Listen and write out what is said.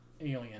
alien